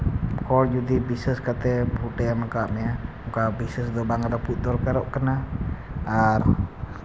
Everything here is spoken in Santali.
ᱦᱚᱲ ᱡᱩᱫᱤ ᱫᱤᱥᱟᱹ ᱠᱟᱛᱮ ᱠᱚ ᱮᱢ ᱠᱟᱜ ᱢᱮᱭᱟ ᱫᱚᱨᱠᱟᱨᱚᱜ ᱠᱟᱱᱟ ᱟᱨ